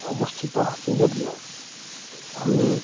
অৱস্থিত আছে যদিও আমি